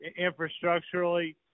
infrastructurally